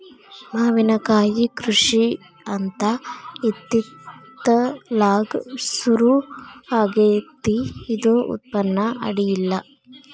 ಮಾವಿನಕಾಯಿ ಕೃಷಿ ಅಂತ ಇತ್ತಿತ್ತಲಾಗ ಸುರು ಆಗೆತ್ತಿ ಇದು ಉತ್ಪನ್ನ ಅಡಿಯಿಲ್ಲ